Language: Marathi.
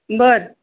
बरं